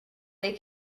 they